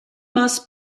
must